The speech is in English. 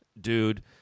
dude